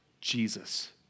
Jesus